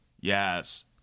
yes